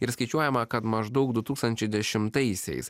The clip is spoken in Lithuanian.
ir skaičiuojama kad maždaug du tūkstančiai dešimtaisiais